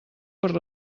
per